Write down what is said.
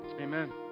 Amen